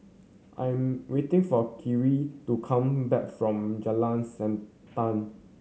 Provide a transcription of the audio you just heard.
I am waiting for Kirk to come back from Jalan Siantan